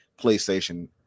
PlayStation